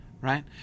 Right